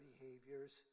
behaviors